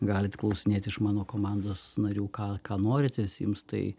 galit klausinėt iš mano komandos narių ką ką norit visi jums tai